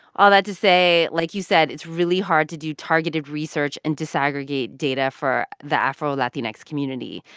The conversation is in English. all that to say, like, you said, it's really hard to do targeted research and disaggregate data for the afro-latinx community.